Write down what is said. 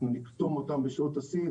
אנחנו נקטום אותם בשעות השיא,